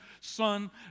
son